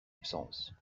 absence